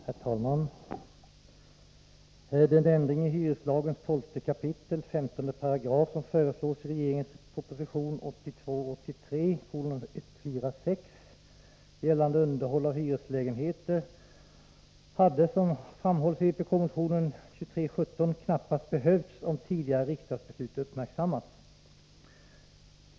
Herr talman! Den ändring i hyreslagens 12 kap. 15 § som föreslås i regeringens proposition 1982/83:146 gällande underhåll av hyreslägenheter hade, som framhålls i vpk-motion 2317, knappast behövts om tidigare riksdagsbeslut hade uppmärksammats.